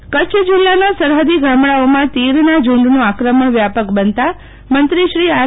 C Faldu Kutch જિલ્લાના સરહદી ગામડાઓમાં તિડના ઝુંડનું આક્રમણ વ્યાપક બનતા મંત્રીશ્રી આર